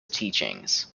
teachings